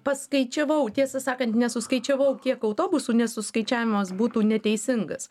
paskaičiavau tiesą sakant nesuskaičiavau kiek autobusų nes suskaičiavimas būtų neteisingas